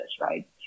right